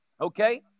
Okay